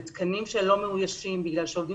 בתקנים שלא מאוישים בגלל שעובדים